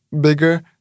bigger